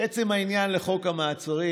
לעצם העניין, לחוק המעצרים.